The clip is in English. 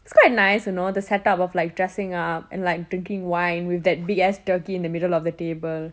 it's quite nice you know the set up of like dressing up and like drinking wine with that big ass turkey in the middle of the table